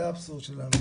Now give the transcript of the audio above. זה האבסורד שלנו.